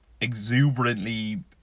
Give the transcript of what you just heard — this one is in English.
exuberantly